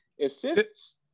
Assists